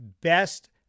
best